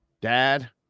Dad